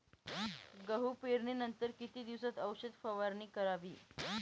गहू पेरणीनंतर किती दिवसात औषध फवारणी करावी?